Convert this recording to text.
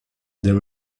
there